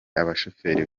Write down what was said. abashoferi